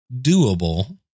doable